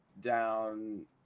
down